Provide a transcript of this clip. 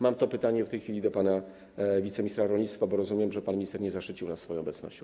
Mam takie pytanie w tej chwili do pana wiceministra rolnictwa, bo rozumiem, że pan minister nie zaszczycił nas swoją obecnością.